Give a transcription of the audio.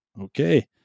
okay